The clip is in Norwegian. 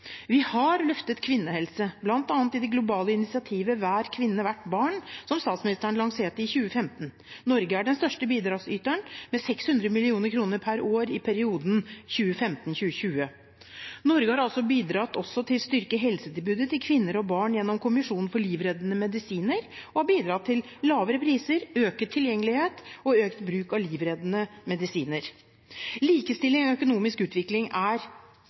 Vi har løftet kvinnehelse, bl.a. i det globale initiativet «Hver kvinne og hvert barn», som statsministeren lanserte i 2015. Norge er den største bidragsyteren, med 600 mill. kr per år i perioden 2015–2020. Norge har også bidratt til å styrke helsetilbudet til kvinner og barn gjennom Kommisjonen for livreddende medisiner og har bidratt til lavere priser, økt tilgjengelighet og økt bruk av livreddende medisiner. Likestilling og økonomisk utvikling er